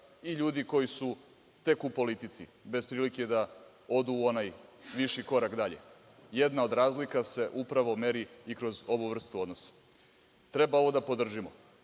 i ljudi koji su tek u politici, bez prilike da odu u onaj viši korak dalje. Jedna od razlika se upravo meri i kroz ovu vrstu odnosa. Treba ovo da podržimo,